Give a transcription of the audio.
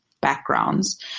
backgrounds